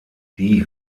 die